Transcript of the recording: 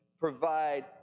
provide